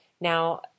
Now